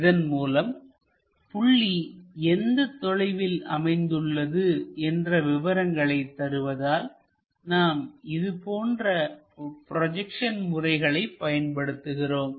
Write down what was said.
இதன் மூலம் புள்ளி எந்த தொலைவில் அமைந்துள்ளது என்ற விவரங்களை தருவதால் நாம் இதுபோன்ற ப்ரொஜெக்ஷன் முறைகளை பயன்படுத்துகிறோம்